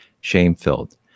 shame-filled